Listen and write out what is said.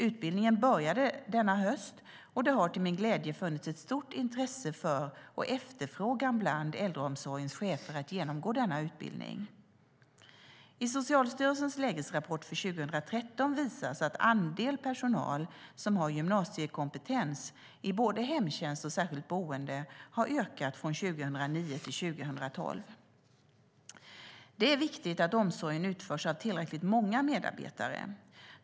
Utbildningen började denna höst, och det har till min glädje funnits ett stort intresse och en efterfrågan bland äldreomsorgens chefer för att genomgå denna utbildning. I Socialstyrelsens lägesrapport för 2013 visas att andelen personal som har gymnasiekompetens, i både hemtjänst och särskilt boende, har ökat från 2009 till 2012. Det är viktigt att omsorgen utförs av tillräckligt många medarbetare.